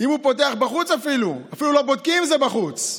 אם הוא פותח בחוץ, אפילו לא בודקים אם זה בחוץ: